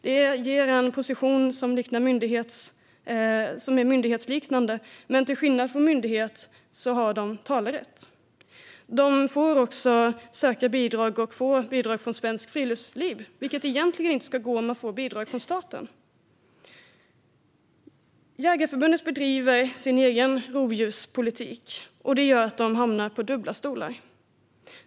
De får en position som är myndighetsliknande, men till skillnad från myndigheter har de talerätt. De får dessutom söka bidrag och får också bidrag från Svenskt Friluftsliv. Det ska egentligen inte gå om man får bidrag från staten. Jägareförbundet bedriver sin egen rovdjurspolitik. Det gör att de sitter på dubbla stolar.